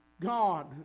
God